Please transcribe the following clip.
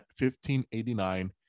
1589